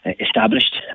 established